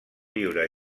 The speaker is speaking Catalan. viure